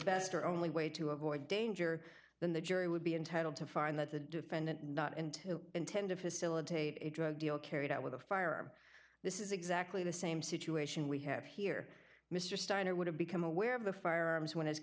best or only way to avoid danger then the jury would be entitled to find that the defendant not and who intend to facilitate a drug deal carried out with a firearm this is exactly the same situation we have here mr steiner would have become aware of the firearms when his